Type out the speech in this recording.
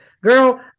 Girl